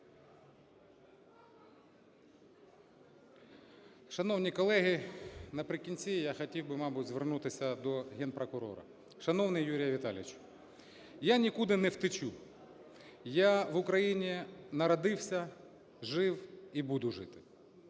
Шановні колеги! Наприкінці я хотів би, мабуть, звернутися до Генпрокурора. Шановний Юрій Віталійович, я нікуди не втечу, я в Україні народився, жив і буду жити.